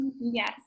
yes